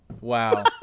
wow